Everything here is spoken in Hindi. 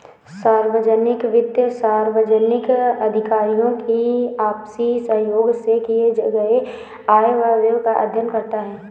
सार्वजनिक वित्त सार्वजनिक अधिकारियों की आपसी सहयोग से किए गये आय व व्यय का अध्ययन करता है